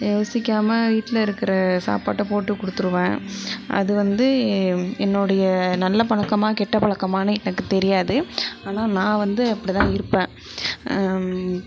யோசிக்காமல் வீட்டில இருக்கிற சாப்பாட்டை போட்டு கொடுத்துருவேன் அது வந்து என்னுடைய நல்ல பழக்கமா கெட்ட பழக்கமானு எனக்கு தெரியாது ஆனால் நான் வந்து அப்படி தான் இருப்பேன்